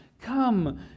Come